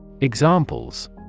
Examples